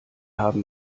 haben